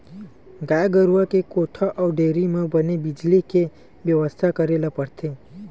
गाय गरूवा के कोठा अउ डेयरी म बने बिजली के बेवस्था करे ल परथे